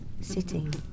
Sitting